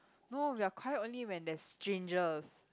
no we are quiet only when there's strangers